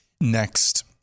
Next